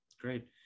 great